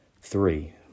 Three